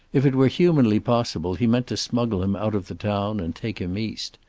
if it were humanly possible he meant to smuggle him out of the town and take him east.